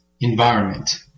Environment